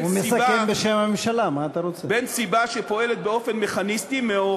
הוא מסכם בשם הממשלה, מה אתה רוצה?